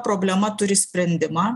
problema turi sprendimą